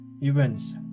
events